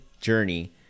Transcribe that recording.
journey